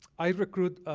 i recruit